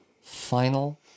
final